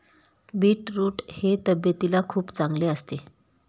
beetroot हे तब्येतीला खूप चांगले असते